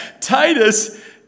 Titus